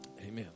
Amen